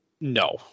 no